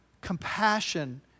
Compassion